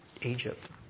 Egypt